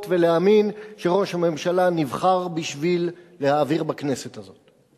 ולהאמין שראש הממשלה נבחר בשביל להעביר בכנסת הזאת,